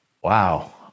Wow